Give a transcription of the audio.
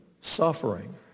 suffering